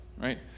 right